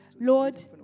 Lord